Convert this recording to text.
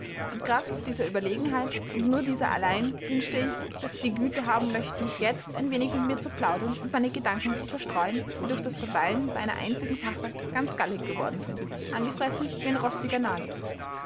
und kraft dieser überlegenheit und nur dieser allein wünschte ich daß sie die güte haben möchten jetzt ein wenig mit mir zu plaudern und meine gedanken zu zerstreuen die durch das verweilen bei einer einzigen sache ganz gallig geworden sind angefressen wie ein rostiger nagel